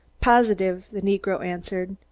positive! the negro answered.